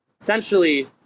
essentially